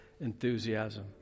enthusiasm